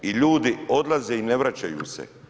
I ljudi odlaze i ne vraćaju se.